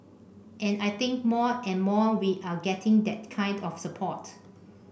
and I think more and more we are getting that kind of support